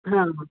हा